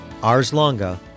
ArsLonga